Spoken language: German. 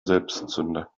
selbstzünder